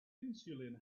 insulin